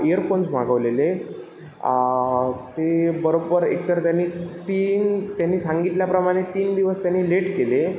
year phones मागवलेले ते बरोबर एक तर त्यांनी तीन त्यांनी सांगितल्याप्रमाणे तीन दिवस त्यांनी लेट केली